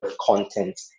content